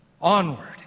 Onward